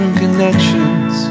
connections